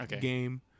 game